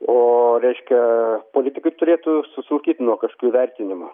o reiškia politikai turėtų susilaikyti nuo kažkokių vertinimų